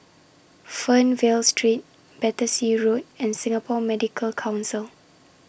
Fernvale Street Battersea Road and Singapore Medical Council